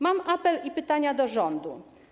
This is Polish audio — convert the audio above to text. Mam apel i pytania do rządu.